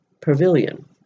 pavilion